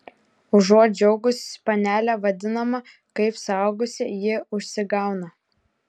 užuot džiaugusis panele vadinama kaip suaugusi ji užsigauna